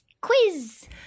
quiz